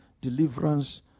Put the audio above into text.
deliverance